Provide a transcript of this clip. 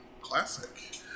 classic